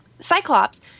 Cyclops